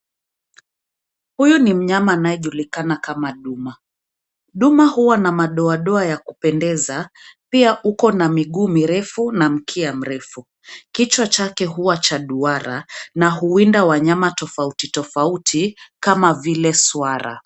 Huyu ni mnyama anayejulikana kama duma. Duma huwa na madodoa ya kupendeza pia uko na miguu mirefu na mkia mrefu kichwa chake huwa cha duara na huwinda wanyama tofauti tofauti kama vile swara.